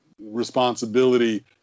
responsibility